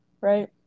right